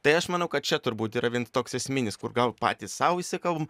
tai aš manau kad čia turbūt yra vien toks esminis kur gal patys sau įsikalbam